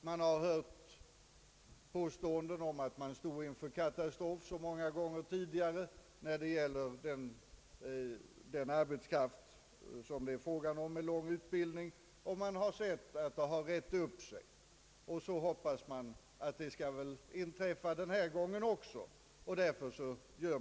Det har påståtts så många gånger tidigare att man stått inför en katastrof när det gällt den långtidsutbildade arbetskraftens sysselsättningsmöjligheter. Det har dock rett upp sig, och kanske hoppas man nu att så skall ske även denna gång.